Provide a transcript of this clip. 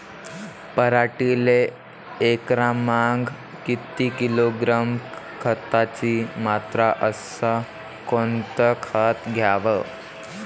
पराटीले एकरामागं किती किलोग्रॅम खताची मात्रा अस कोतं खात द्याव?